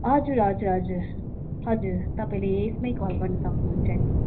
हजुर हजुर हजुर हजुर तपाईँले यसमै कल गर्न सक्नुहुन्छ नि